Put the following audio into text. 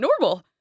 normal